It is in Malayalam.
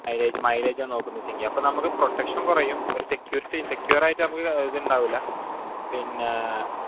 മൈലേജ് നോക്കുന്നെങ്കിൽ അപ്പോൾ നമുക്ക് പ്രൊട്ടക്ഷൻ കുറയും ഒരു സെക്യൂരിറ്റി സെക്യൂർ ആയിട്ട് നമുക്കൊരു ഇത് ഉണ്ടാവില്ല പിന്നെ